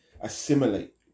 assimilate